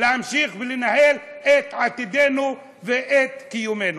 להמשיך ולנהל את עתידנו ואת קיומנו.